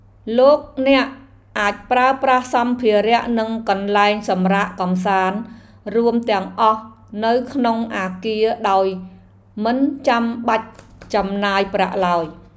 លោកអ្នកអាចប្រើប្រាស់សម្ភារនិងកន្លែងសម្រាកកម្សាន្តរួមទាំងអស់នៅក្នុងអគារដោយមិនបាច់ចំណាយប្រាក់ឡើយ។